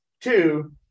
Two